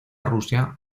rusia